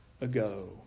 ago